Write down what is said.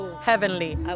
heavenly